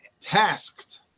tasked